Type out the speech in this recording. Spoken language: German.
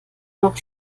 noch